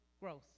growth